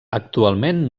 actualment